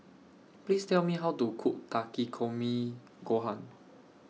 Please Tell Me How to Cook Takikomi Gohan